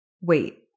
Wait